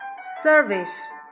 service